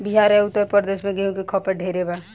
बिहार आ उत्तर प्रदेश मे गेंहू के खपत ढेरे बा